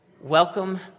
welcome